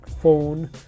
phone